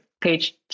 page